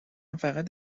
فقط